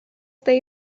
they